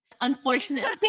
Unfortunately